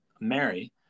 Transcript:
Mary